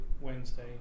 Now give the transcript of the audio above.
Wednesday